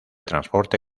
transporte